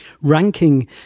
Ranking